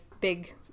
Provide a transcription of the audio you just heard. big